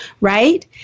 right